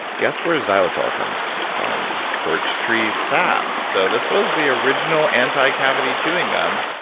guess where xylitol comes from? birch tree sap! so, this was the original anti-cavity chewing gum,